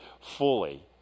fully